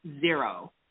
Zero